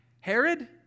Herod